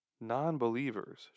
non-believers